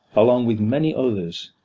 along with many others,